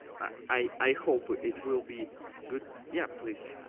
i hope it will be good yeah, please,